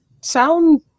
sound